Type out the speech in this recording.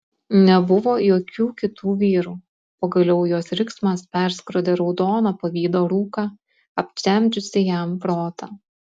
nebuvo jokių kitų vyrų pagaliau jos riksmas perskrodė raudoną pavydo rūką aptemdžiusį jam protą